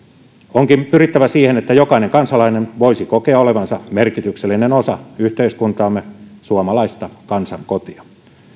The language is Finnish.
onkin pyrittävä siihen että jokainen kansalainen voisi kokea olevansa merkityksellinen osa yhteiskuntaamme suomalaista kansankotia